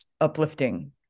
uplifting